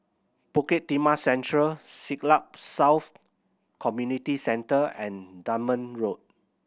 Bukit Merah Central Siglap South Community Centre and Dunman Road